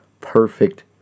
perfect